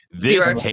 Zero